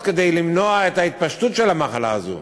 כדי למנוע את ההתפשטות של המחלה הזאת.